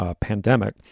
pandemic